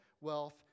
wealth